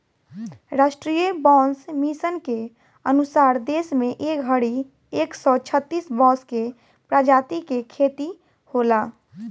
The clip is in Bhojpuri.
राष्ट्रीय बांस मिशन के अनुसार देश में ए घड़ी एक सौ छतिस बांस के प्रजाति के खेती होला